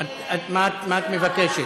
מה את מבקשת?